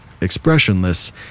expressionless